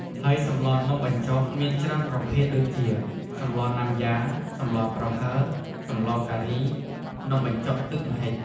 ហើយសម្លនំបញ្ចុកមានច្រើនប្រភេទដូចជា សម្លណាំយ៉ា សម្លប្រហើរ សម្លការី នំបញ្ចុកទឹកម្ហិច។